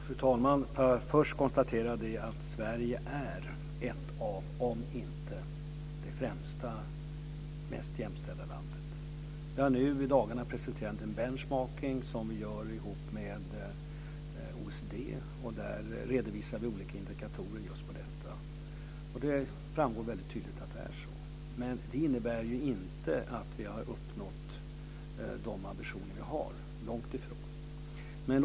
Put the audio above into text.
Fru talman! Låt mig först konstatera att Sverige är ett av världens mest jämställa länder, om inte det mest jämställda. I dagarna har det presenterats en benchmarking som vi gjort tillsammans med OECD. Där redovisar vi olika indikatorer på detta. Det framgår väldigt tydligt att det är så. Men det innebär inte att vi har uppnått de ambitioner vi har, långt ifrån.